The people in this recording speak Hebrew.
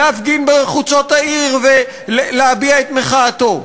להפגין בחוצות העיר ולהביע את מחאתו.